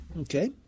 Okay